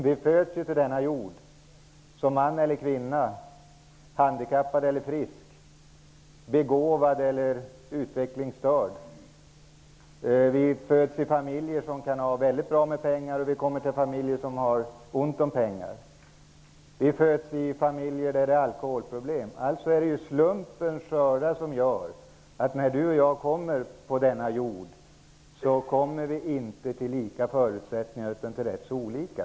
Vi föds till denna jord som man eller kvinna, handikappad eller frisk, begåvad eller utvecklingsstörd. Vi föds i familjer som har gott om pengar eller vi kommer till familjer som har ont om pengar. Vi kanske föds i familjer som har alkoholproblem. Det är slumpens skördar som gör att vi inte får samma förutsättningar när vi kommer till denna jord.